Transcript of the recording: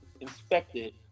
inspected